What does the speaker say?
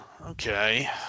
okay